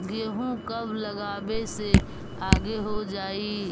गेहूं कब लगावे से आगे हो जाई?